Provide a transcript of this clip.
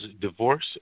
divorce